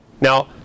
Now